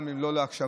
גם אם לא להקשבה,